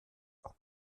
auch